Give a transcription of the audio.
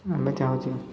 ଆମେ ଚାହୁଁଛୁ